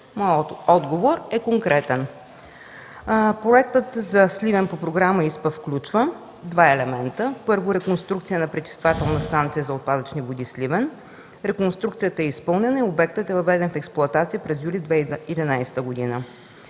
Моят отговор е конкретен. Проектът за Сливен по Програма ИСПА включва два елемента. Първо, реконструкция на Пречиствателна станция за отпадъчни води – Сливен. Реконструкцията е изпълнена и обектът е въведен в експлоатация през юли 2011 г.